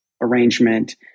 arrangement